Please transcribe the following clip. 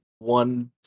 One